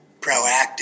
proactive